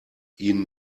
ihnen